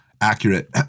accurate